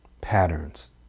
patterns